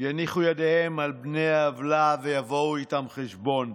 יניחו את ידיהם על בני העוולה ויבואו איתם חשבון.